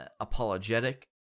apologetic